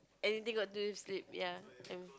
anything got to do with sleep ya